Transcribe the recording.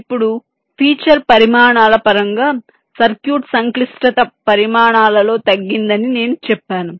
ఇప్పుడు ఫీచర్ పరిమాణాల పరంగా సర్క్యూట్ సంక్లిష్టత పరిమాణాలలో తగ్గిందని నేను చెప్పాను